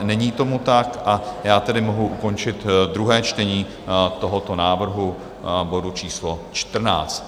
Není tomu tak, a já tedy mohu ukončit druhé čtení tohoto návrhu a bodu číslo 14.